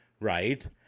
right